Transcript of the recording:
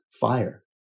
fire